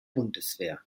bundeswehr